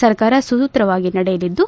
ಸರ್ಕಾರ ಸುಸೂತ್ರವಾಗಿ ನಡೆಯಲಿದ್ದು